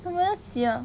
他们要喜欢